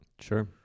sure